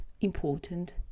important